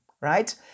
right